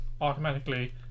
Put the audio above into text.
automatically